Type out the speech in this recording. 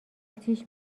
اتیش